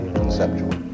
conceptual